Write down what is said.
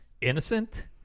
innocent